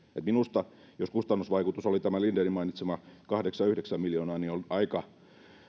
minusta jos kustannusvaikutus oli tämä lindenin mainitsema kahdeksan viiva yhdeksän miljoonaa on